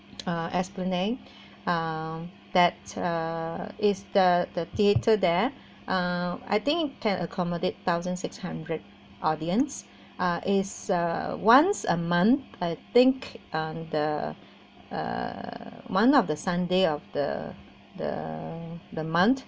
uh esplanade um that uh is the the theatre there uh I think it can accommodate thousand six hundred audiences uh is uh once a month I think on the uh one of the sunday of the the the month